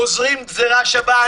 גוזרים גזירה שווה.